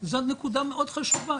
זו נקודה מאוד חשובה,